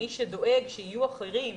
מי שדואג שיהיו אחרים,